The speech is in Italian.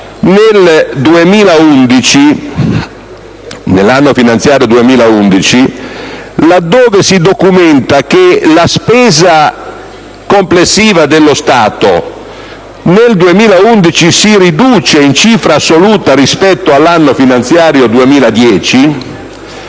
nell'anno finanziario 2011, laddove si documenta che la spesa complessiva dello Stato si riduce in cifra assoluta rispetto all'anno finanziario 2010,